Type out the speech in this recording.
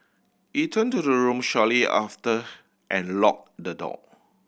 he turned to the room shortly after and locked the door